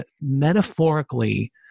metaphorically